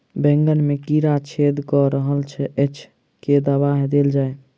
बैंगन मे कीड़ा छेद कऽ रहल एछ केँ दवा देल जाएँ?